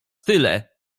tyle